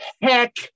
heck